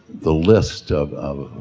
the list of